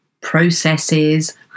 processes